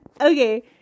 Okay